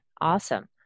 awesome